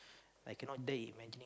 I cannot dare imagine